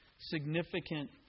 significant